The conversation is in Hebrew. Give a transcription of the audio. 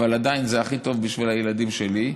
אבל עדיין זה הכי טוב בשביל הילדים שלי.